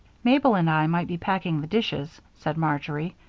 mabel and i might be packing the dishes, said marjory.